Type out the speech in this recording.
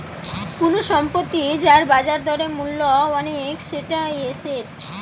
কুনু সম্পত্তি যার বাজার দরে মূল্য অনেক সেটা এসেট